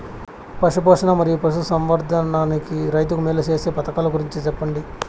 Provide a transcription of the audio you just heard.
పశు పోషణ మరియు పశు సంవర్థకానికి రైతుకు మేలు సేసే పథకాలు గురించి చెప్పండి?